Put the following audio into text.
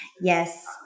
Yes